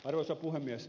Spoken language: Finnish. arvoisa puhemies